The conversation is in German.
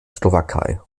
slowakei